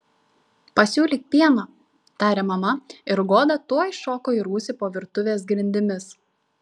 pasiūlyk pieno tarė mama ir goda tuoj šoko į rūsį po virtuvės grindimis